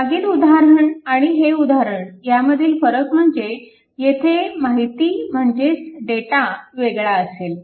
मागील उदाहरण आणि हे उदाहरण ह्यामधील फरक म्हणजे येथे माहिती म्हणजेच डेटा वेगळा असेल